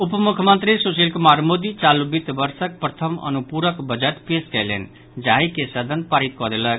उप मुख्यमंत्री सुशील कुमार मोदी चालू वित्त वर्षक प्रथम अनुपूरक बजट पेश कयलनि जाहि के सदन पारित कऽ देलक